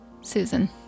Susan